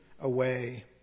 away